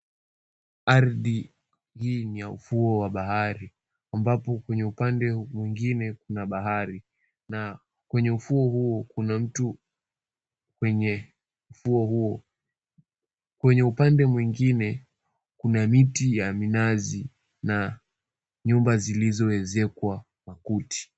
Ardhi hii ni ya ufuo wa bahari ambapo kwenye upande mwingine kuna bahari, na kwenye ufuo huo kuna mtu. Kwenye ufuo huo kwenye upande mwingine kuna miti ya minazi na nyumba zilizoekezwa kwa makuti.